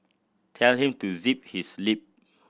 tell him to zip his lip